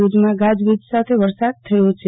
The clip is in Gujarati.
ભુજમાં ગાજ વીજ સાથે વરસાદ થયો છે